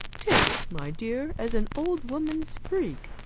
take it, my dear, as an old woman's freak.